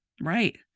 Right